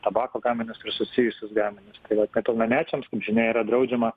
tabako gaminius ir susijusius gaminius tai va nepilnamečiams kaip žinia yra draudžiama